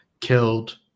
killed